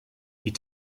die